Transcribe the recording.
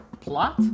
Plot